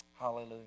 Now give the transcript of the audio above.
hallelujah